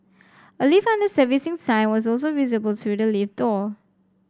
a lift under servicing sign was also visible through the lift door